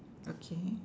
okay